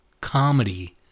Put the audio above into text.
comedy